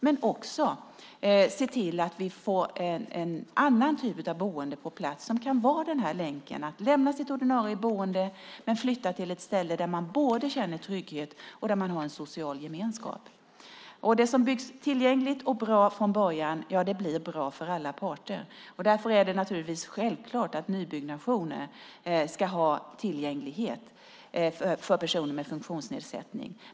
Men vi vill också se till att vi får en annan typ av boende på plats som kan vara en länk när man lämnar sitt ordinarie boende och flyttar till ett ställe där man både känner trygghet och har en social gemenskap. Det som byggs tillgängligt och bra från början blir bra för alla parter. Därför är det naturligtvis självklart att nybyggnationen ska vara tillgänglig för personer med funktionsnedsättning.